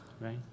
right